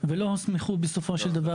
רוצים לפתוח הכול,